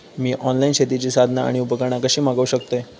मी online शेतीची साधना आणि उपकरणा कशी मागव शकतय?